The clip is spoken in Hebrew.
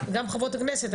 גם חברות הכנסת,